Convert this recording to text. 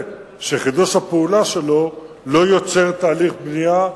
שחידוש הפעולה שלו לא יוצר תהליך בנייה,